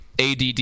add